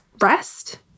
rest